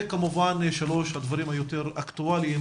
והנושא השלישי הוא הנושאים היותר אקטואליים